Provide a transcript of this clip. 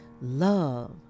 Love